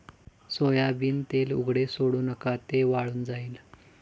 soybean तेल उघडे सोडू नका, ते वाळून जाईल